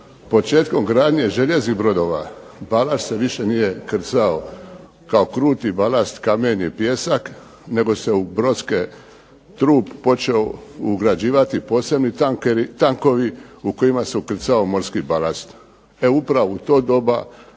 Početkom gradnje željeznih brodova balast se više nije krcao kao kruti balast, kamen i pijesak nego se u brodske trup počeo ugrađivati posebni tankovi u kojima se ukrcao morski balast. E upravo u to doba